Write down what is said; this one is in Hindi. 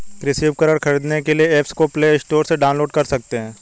कृषि उपकरण खरीदने के लिए एप्स को प्ले स्टोर से डाउनलोड कर सकते हैं